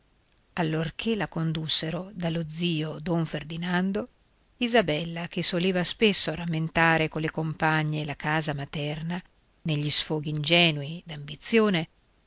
allorché la condussero dallo zio don ferdinando isabella che soleva spesso rammentare colle compagne la casa materna negli sfoghi ingenui d'ambizione